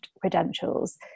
credentials